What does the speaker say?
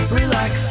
relax